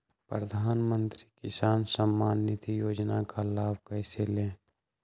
प्रधानमंत्री किसान समान निधि योजना का लाभ कैसे ले?